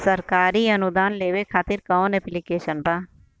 सरकारी अनुदान लेबे खातिर कवन ऐप्लिकेशन बा?